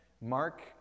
Mark